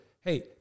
hey